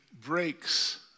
breaks